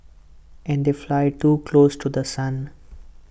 and they fly too close to The Sun